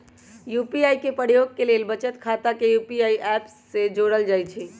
UPI के प्रयोग के लेल बचत खता के यू.पी.आई ऐप से जोड़ल जाइ छइ